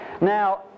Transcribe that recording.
Now